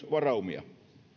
varaumia